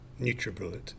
Nutribullet